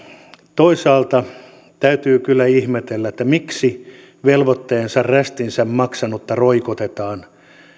toisaalta täytyy kyllä ihmetellä että miksi velvoitteensa rästinsä maksanutta roikotetaan